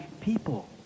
people